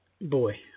boy